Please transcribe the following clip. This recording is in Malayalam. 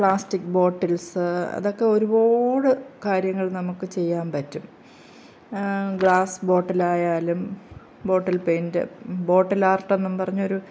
പ്ലാസ്റ്റിക് ബോട്ടിൽസ് അതൊക്കെ ഒരുപാട് കാര്യങ്ങൾ നമുക്ക് ചെയ്യാൻ പറ്റും ഗ്ലാസ് ബോട്ടിൽ ആയാലും ബോട്ടിൽ പെയിൻറ്റ് ബോട്ടിൽ ആർട്ട് എന്ന് പറഞ്ഞ ഒരു